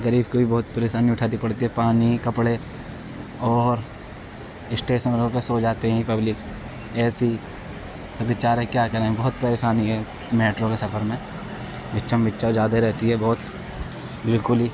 غریب کوبھی بہت پریشانی اٹھانی پڑتی ہے پانی کپڑے اور اشٹیسنوں پہ سو جاتے ہیں پبلک ایسے ہی تو بیچارے کیا کریں بہت پریشانی ہے میٹرو کے سفر میں بھچم بھچا زیادہ رہتی ہے بہت بالکل ہی